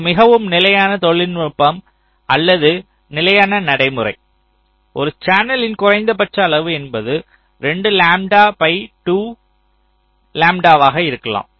இது மிகவும் நிலையான தொழில்நுட்பம் அல்லது நிலையான நடைமுறை ஒரு சேனலின் குறைந்தபட்ச அளவு என்பது 2 லாம்ப்டா பை 2 லாம்ப்டாவாக இருக்கலாம்